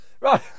Right